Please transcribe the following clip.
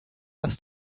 was